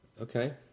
Okay